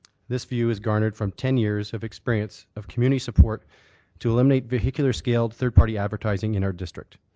this view is garnered from ten years of experience of community support to eliminate vehicular scaled third party advertising in our district.